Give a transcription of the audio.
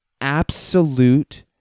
absolute